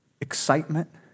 excitement